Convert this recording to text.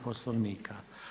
Poslovnika.